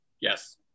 yes